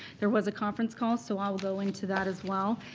there was a conference call so i'll go into that as well.